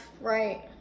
right